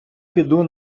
біду